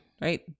right